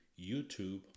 youtube